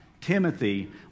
Timothy